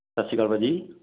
ਸਤਿ ਸ਼੍ਰੀ ਅਕਾਲ ਭਾਅ ਜੀ